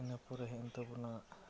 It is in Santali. ᱤᱱᱟᱹ ᱯᱚᱨᱮ ᱦᱮᱡᱼᱮᱱ ᱛᱟᱵᱚᱱᱟ